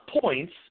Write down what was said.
points